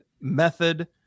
method